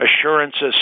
assurances